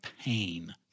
pain